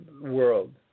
world